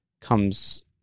comes